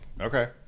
Okay